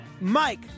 Mike